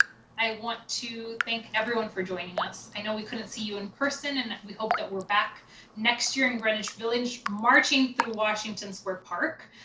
i want to thank everyone for joining us. i know we couldn't see you in-person, and we hope that we're back next year in greenwich village, marching through washington square park.